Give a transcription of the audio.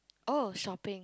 oh shopping